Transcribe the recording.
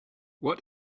what